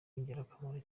w’ingirakamaro